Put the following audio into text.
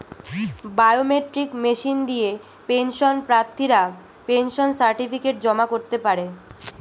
biometric machine দিয়ে pension প্রার্থীরা pension certificate জমা করতে পারে